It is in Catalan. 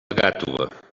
gàtova